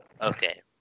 Okay